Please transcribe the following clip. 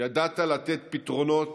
ידעת לתת פתרונות,